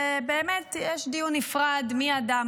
ובאמת יש דיון נפרד מי ידע,